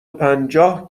پنجاه